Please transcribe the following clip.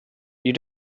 you